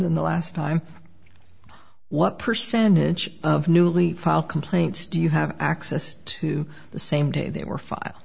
than the last time what percentage of newly filed complaints do you have access to the same day they were fi